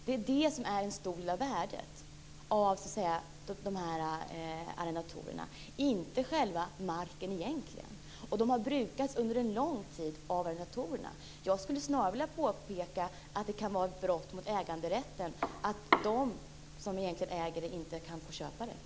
Det är detta som är en stor del av värdet av arrendena, inte själva marken. Den har brukats under en lång tid av arrendatorerna. Jag skulle snarare vilja säga att det kan vara ett brott mot äganderätten att de som egentligen är ägare inte kan få köpa marken.